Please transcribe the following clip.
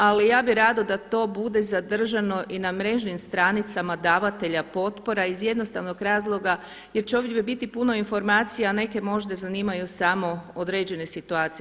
Ali ja bi rado da to bude zadržano i na mrežnim stranicama davatelja potpora iz jednostavnog razloga jer će ovdje biti puno informacija, a neke možda zanimaju samo određene situacije.